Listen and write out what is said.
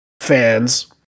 fans